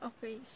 Okay